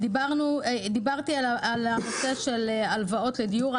דיברתי על הנושא של הלוואות לדיור,